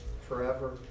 forever